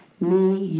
me, you,